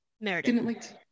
meredith